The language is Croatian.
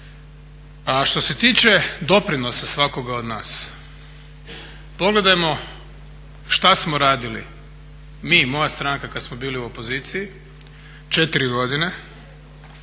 Što se tiče doprinosa svakoga od nas, pogledajmo šta smo radili, mi, moja stranka kad smo bili u opoziciji 4 godine.